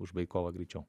užbaigt kovą greičiau